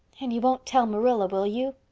and you won't tell marilla, will you?